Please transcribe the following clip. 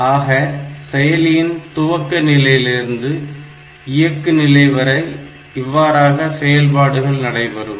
ஆக செயலியின் துவக்க நிலையிலிருந்து இயக்கு நிலைவரை இவ்வாறாக செயல்பாடுகள் நடைபெறும்